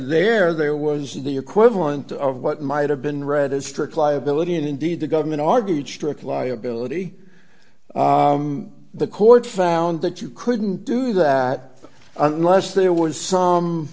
there there was the equivalent of what might have been read as strict liability and indeed the government argued strict liability the court found that you couldn't do that unless there was some